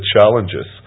challenges